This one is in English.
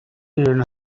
even